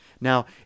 Now